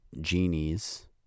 genies